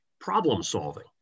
problem-solving